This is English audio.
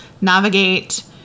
navigate